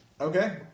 Okay